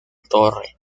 torre